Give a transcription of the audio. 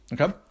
Okay